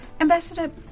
Ambassador